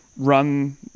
Run